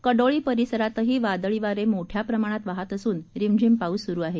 कडोळी परिसरातही वादळी वारे मोठ्या प्रमाणात वाहत असून रिमझिम पाऊस सुरू आहे